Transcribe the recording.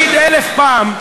אם תגיד אלף פעם,